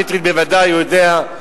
שטרית ודאי יודע,